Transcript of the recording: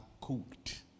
cooked